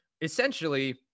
essentially